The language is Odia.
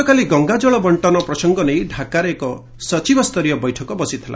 ଗତକାଲି ଗଙ୍ଗା ଜଳ ବର୍ଷନ ପ୍ରସଙ୍ଗ ନେଇ ଡାକାରେ ଏକ ସଚିବସ୍ତରୀୟ ବୈଠକ ବସିଥିଲା